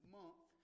month